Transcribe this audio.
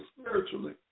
Spiritually